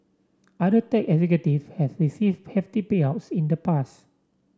other tech executive have receive hefty payouts in the past